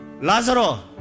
Lazaro